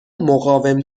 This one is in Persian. مقاوم